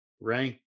rank